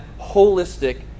holistic